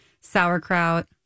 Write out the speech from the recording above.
sauerkraut